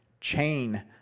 chain